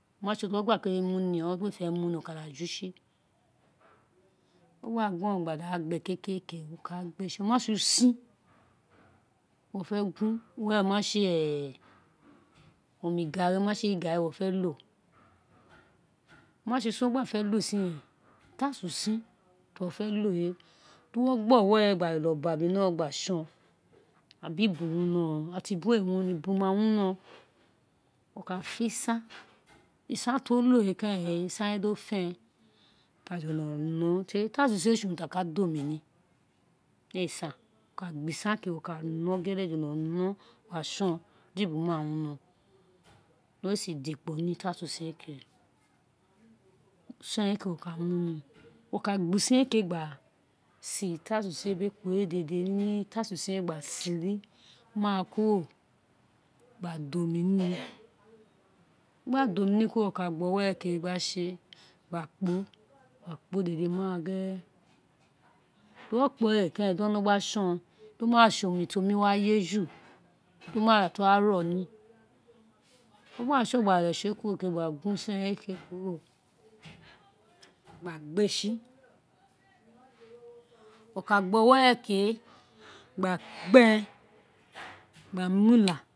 O mase ti wo gba fé mu ni oi wee fe mu ni wo kada jusi o gba gboron gba da gbe kekere me wo ka gbe si, omase usin wo fe gun, o ma si omi garri, o ma si garri wo fe le o ma se eso wo gba felo usin ren utasen usin ti wo fe lo we, di wo gha ewo gba jolo gba ba ra ino ro gba san, tabi ibu wino, oronron ibu wa wino, wo ka fe kan, kan ti o lo keren isan we do fen, wo ka jolo no teri utase-usin ee urun ti a ka da omí mi, wo ka gba isan ke wo ka no gerere, wo ka son a ibu ma wino, di uwo ee si da ekpo ni utasen esin we ke, usin we ke gba si utasen usin, biri ekpo we dede ni utasen usin we gba siri kuro gba da omi ni wo gba da omi ni kuro wo ka gba ewo ke gba se, wo ka kpo, wo ka kpo dede ni ara di wo kpo we keren di wo ni gba son dio ma se urun ti o mi wa ye ju di o ma da tu a ro ni, wo gba son gbo jolo se kuro, wo ka gun ni una se kuro, wo ka gbe si, wo ka gba ewo ke gba kpen, gba mu ila.